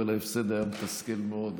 אבל ההפסד היה מתסכל מאוד,